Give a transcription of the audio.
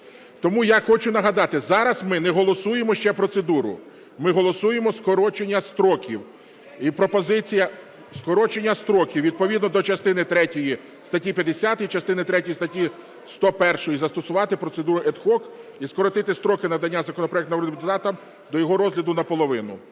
Тому я хочу нагадати, зараз ми не голосуємо ще процедуру, ми голосуємо скорочення строків. І пропозиція… скорочення строків відповідно до частини третьої статті 50, частини третьої статті 101 застосувати процедуру ad hoc і скоротити строки надання законопроекту народним депутатам до його розгляду наполовину.